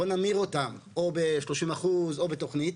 בוא נמיר אותם או ב-30% או בתוכנית,